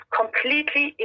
completely